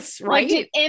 right